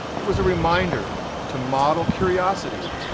it was a reminder to model curiosity,